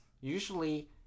usually